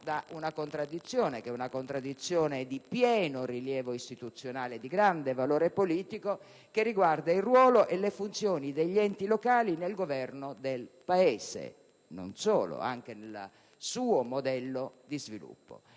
da una contraddizione, che è di pieno rilievo istituzionale e di grande valore politico, che riguarda il ruolo e le funzioni degli enti locali nel Governo del Paese; non solo, anche nel suo modello di sviluppo.